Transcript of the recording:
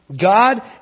God